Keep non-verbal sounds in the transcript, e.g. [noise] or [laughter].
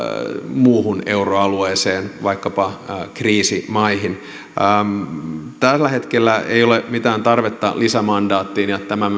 muuhun euroalueeseen vaikkapa kriisimaihin tällä hetkellä ei ole mitään tarvetta lisämandaatille ja tämän [unintelligible]